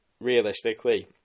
realistically